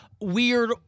weird